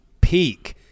peak